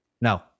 No